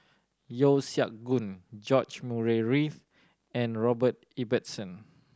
Yeo Siak Goon George Murray Reith and Robert Ibbetson